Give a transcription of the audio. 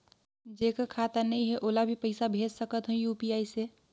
जेकर खाता नहीं है ओला भी पइसा भेज सकत हो यू.पी.आई से?